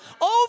over